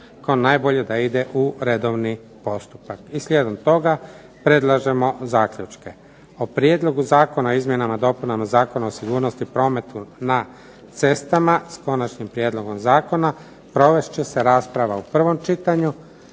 zakon najbolje da ide u redovni postupak. I slijedom toga, predlažemo zaključke: o prijedlogu Zakona o izmjenama i dopunama Zakona o sigurnosti u prometu na cestama s konačnim prijedlogom zakona provest će se rasprava u prvom čitanju,